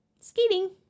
Skating